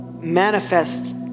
manifests